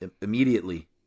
immediately